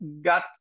got